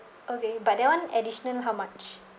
okay but that one additional how much